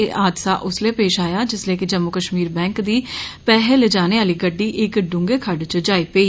एह् हादसा उसलै पेश आया जिसलै जम्मू कश्मीर बैंक दी पैसे लजाने आह्ली गड्डी इक डूंह्गे खड्डे च जाई पेई